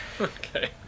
Okay